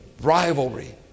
Rivalry